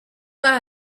pas